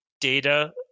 data